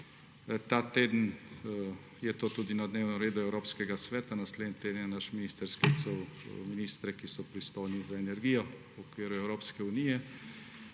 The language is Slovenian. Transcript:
Ta teden je to tudi na dnevnem redu Evropskega sveta. Naslednji teden je naš minister sklical ministre, ki so pristojni za energijo v okviru Evropske unije.